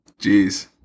Jeez